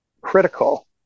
critical